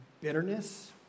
bitterness